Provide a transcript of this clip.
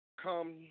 come